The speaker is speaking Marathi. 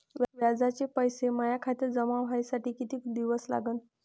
व्याजाचे पैसे माया खात्यात जमा व्हासाठी कितीक दिवस लागन?